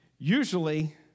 Usually